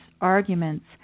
arguments